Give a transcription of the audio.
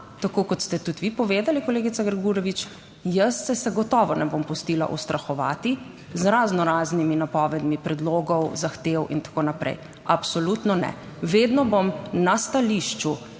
tako kot ste tudi vi povedali, kolegica Grgurevič, jaz se zagotovo ne bom pustila ustrahovati z razno raznimi napovedmi predlogov, zahtev in tako naprej. Absolutno ne. Vedno bom na stališču